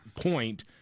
point